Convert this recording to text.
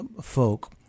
folk